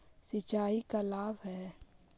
सिंचाई का लाभ है?